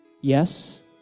Yes